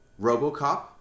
Robocop